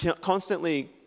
constantly